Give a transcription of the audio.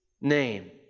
name